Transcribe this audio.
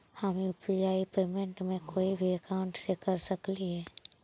हम UPI payment कोई भी अकाउंट से कर सकली हे?